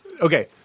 Okay